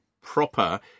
proper